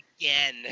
again